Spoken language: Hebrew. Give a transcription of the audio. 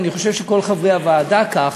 אני חושב שכל חברי הוועדה כך,